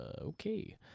okay